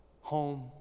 home